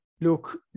Look